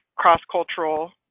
cross-cultural